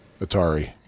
Atari